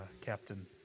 captain